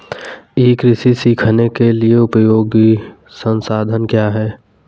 ई कृषि सीखने के लिए उपयोगी संसाधन क्या हैं?